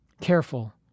Careful